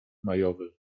majowy